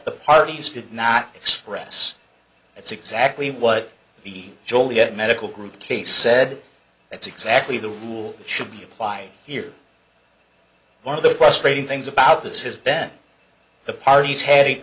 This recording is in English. the parties did not express that's exactly what the joliet medical group case said that's exactly the rule should be applied here one of the quest rating things about this has bent the parties head